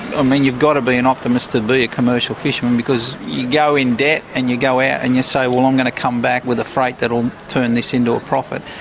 ah mean, you've got to be an optimist to be a commercial fisherman, because you go in debt and you go out, and you say, well, i'm going to come back with a freight that'll turn this into a profit.